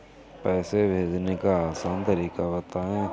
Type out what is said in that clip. पैसे भेजने का आसान तरीका बताए?